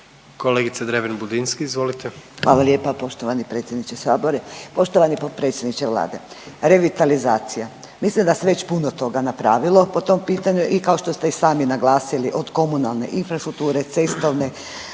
izvolite. **Dreven Budinski, Nadica (HDZ)** Hvala lijepa poštovani predsjedniče Sabora. Poštovani potpredsjedniče Vlade. Revitalizacija, mislim da se već puno toga napravilo po tom pitanju i kao što ste i sami naglasili od komunalne infrastrukture, cestovne,